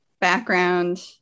Background